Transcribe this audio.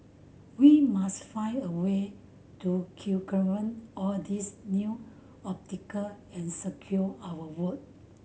we must find a way to all these new and secure our vote